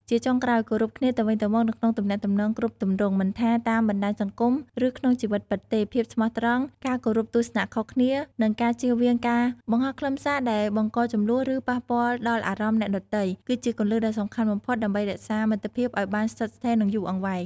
ជាចុងក្រោយ គោរពគ្នាទៅវិញទៅមក នៅក្នុងទំនាក់ទំនងគ្រប់ទម្រង់ មិនថាតាមបណ្ដាញសង្គម ឬក្នុងជីវិតពិតទេ ភាពស្មោះត្រង់ ការគោរពទស្សនៈខុសគ្នា និងការជៀសវាងការបង្ហោះខ្លឹមសារដែលបង្កជម្លោះ ឬប៉ះពាល់ដល់អារម្មណ៍អ្នកដទៃ គឺជាគន្លឹះដ៏សំខាន់បំផុតដើម្បីរក្សាមិត្តភាពឱ្យបានស្ថិតស្ថេរ និងយូរអង្វែង។